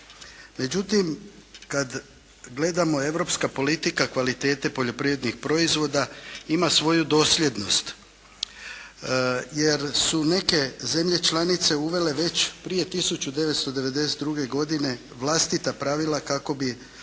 Međutim, kad gledamo europska politika kvalitete poljoprivrednih proizvoda ima svoju dosljednost jer su neke zemlje članice uvele već prije 1992. godine vlastita pravila kako bi